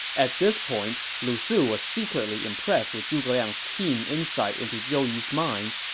at this point, lu su was secretly impressed with zhuge liang's keen insight into zhou yu's mind,